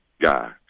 guy